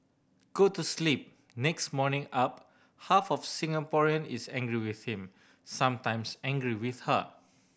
go to sleep next morning up half of Singaporean is angry with him sometimes angry with her